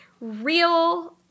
real